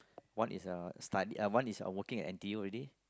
one is uh studying uh one is working in N_T_U already